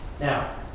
Now